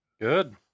Good